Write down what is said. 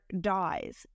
dies